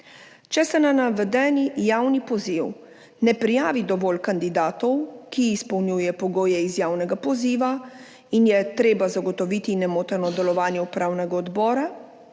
Če se na navedeni javni poziv ne prijavi dovolj kandidatov, ki izpolnjujejo pogoje iz javnega poziva, in je treba zagotoviti nemoteno delovanje upravnega odbora,